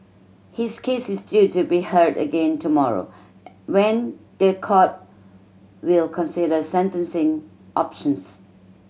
his case is due to be heard again tomorrow when the court will consider sentencing options